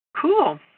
Cool